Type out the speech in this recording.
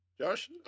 Josh